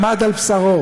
למד על בשרו,